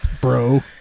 bro